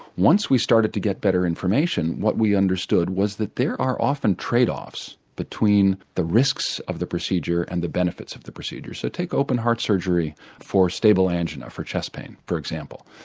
once we started to get better information what we understood was that there are often tradeoffs between the risks of the procedure and the benefits of the procedure. so take open heart surgery for stable angina for chest pain for example.